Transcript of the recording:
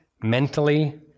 mentally